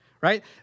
right